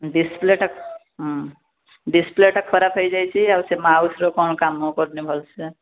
ଡିସପ୍ଲେଟା ଡିସପ୍ଲେଟା ଖରାପ ହେଇ ଯାଇଛି ଆଉ ସେ ମାଉସ୍ରୁ କ'ଣ କାମ କରୁନି ଭଲସେ